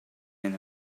hyn